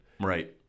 right